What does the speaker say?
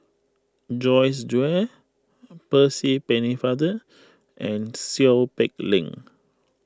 Joyce Jue Percy Pennefather and Seow Peck Leng